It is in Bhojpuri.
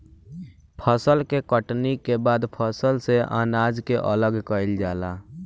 फसल के कटनी के बाद फसल से अनाज के अलग कईल जाला